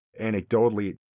anecdotally